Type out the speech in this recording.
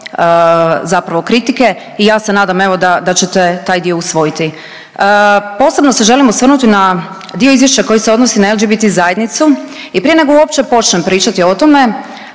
zapravo kritike i ja se nadam evo da ćete taj dio usvojiti. Posebno se želim osvrnuti na dio izvješća koji se odnosi na LBGT zajednicu i prije nego uopće počnem pričati o tome